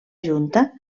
junta